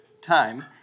time